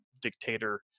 dictator